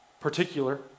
particular